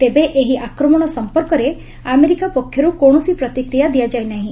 ତେବେ ଏହି ଆକ୍ରମଣ ସଂପର୍କରେ ଆମେରିକା ପକ୍ଷରୁ କୌଣସି ପ୍ରତିକ୍ରିୟା ଦିଆଯାଇ ନାହିଁ